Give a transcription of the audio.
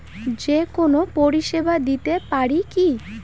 যে কোনো পরিষেবা দিতে পারি কি?